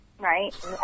Right